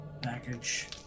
package